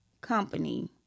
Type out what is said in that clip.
company